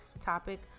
topic